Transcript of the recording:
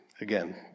again